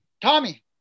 Tommy